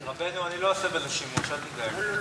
רבנו, אני לא אעשה בזה שימוש, אל תדאג.